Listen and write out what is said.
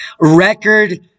Record